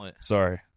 Sorry